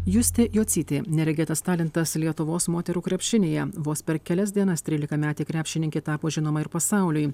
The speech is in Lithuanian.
justė jocytė neregėtas talentas lietuvos moterų krepšinyje vos per kelias dienas trylikametė krepšininkė tapo žinoma ir pasauliui